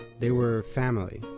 they were family.